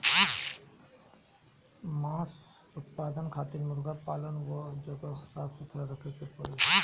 मांस उत्पादन खातिर मुर्गा पालन कअ जगह साफ सुथरा रखे के पड़ी